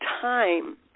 time